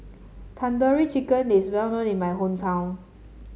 Tandoori Chicken is well known in my hometown